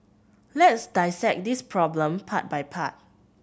let's dissect this problem part by part